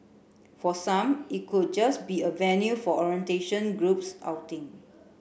for some it could just be a venue for orientation groups outing